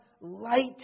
light